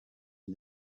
and